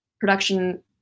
production